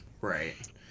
right